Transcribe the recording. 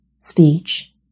speech